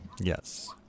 Yes